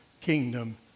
kingdom